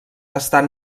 estan